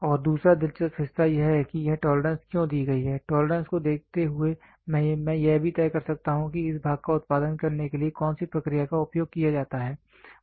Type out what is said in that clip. और दूसरा दिलचस्प हिस्सा यह है कि यह टॉलरेंस क्यों दी गई है टॉलरेंस को देखते हुए मैं यह भी तय कर सकता हूं कि इस भाग का उत्पादन करने के लिए कौन सी प्रक्रिया का उपयोग किया जाता है